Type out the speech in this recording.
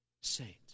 Saint